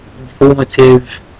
informative